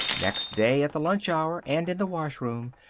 next day, at the lunch hour and in the washroom,